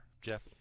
Jeff